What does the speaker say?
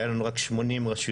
היה לנו רק 80 רשויות